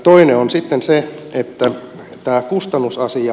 toinen on sitten tämä kustannusasia